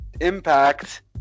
impact